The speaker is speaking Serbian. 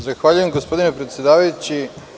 Zahvaljujem, gospodine predsedavajući.